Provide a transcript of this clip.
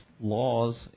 laws